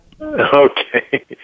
Okay